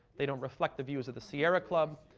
they don't reflect the views of the sierra club.